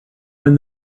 when